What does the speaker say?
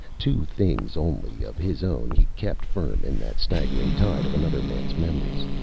two things only of his own he kept firm in that staggering tide of another man's memories.